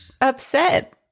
upset